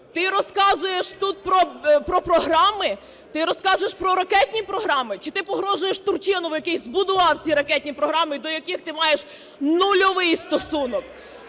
Ти розказуєш тут про програми? Ти розказуєш про ракетні програми, чи ти погрожуєш Турчинову, який збудував ці ракетні програми і до яких ти маєш нульовий стосунок?!